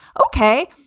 ok.